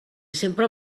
sempre